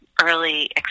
early